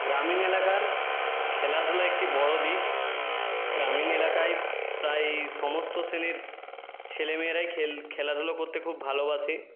গ্রামীণ এলাকার খেলাধুলা একটি বড়ো দিক গ্রামীণ এলাকায় প্রায় সমস্ত শ্রেণীর ছেলেমেয়েরাই খেল খেলাধুলা করতে খুব ভালোবাসে